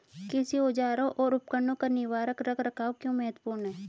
कृषि औजारों और उपकरणों का निवारक रख रखाव क्यों महत्वपूर्ण है?